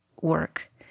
work